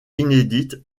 inédite